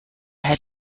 had